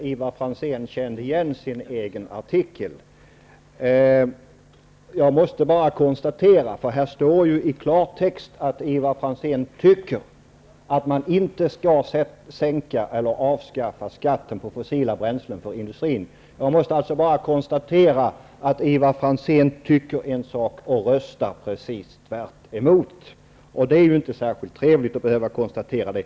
Herr talman! Det var roligt att Ivar Franzén kände igen sin egen artikel. Här står i klartext att Ivar Franzén tycker att man inte skall sänka eller avskaffa skatten på fossila bränslen för industrin. Jag måste konstatera att Ivar Franzén tycker en sak och röstar precis tvärtemot. Det är inte särskilt trevligt att behöva konstatera det.